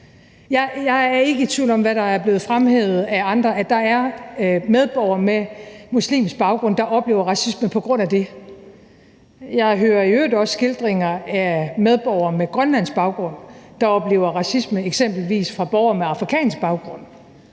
Jeg er ikke i tvivl om, hvad der er blevet fremhævet af andre, nemlig at der er medborgere med muslimsk baggrund, der oplever racisme på grund af det. Jeg hører i øvrigt også skildringer af medborgere med grønlandsk baggrund, der oplever racisme eksempelvis fra borgere med afrikansk baggrund,